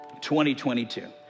2022